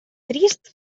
trist